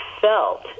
felt